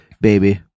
Baby